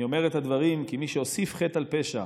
אני אומר את הדברים כי מי שהוסיף חטא על פשע